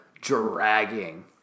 dragging